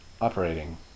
operating